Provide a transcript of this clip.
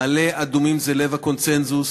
מעלה-אדומים זה לב הקונסנזוס,